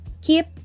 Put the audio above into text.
keep